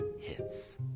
hits